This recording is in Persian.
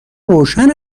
روشن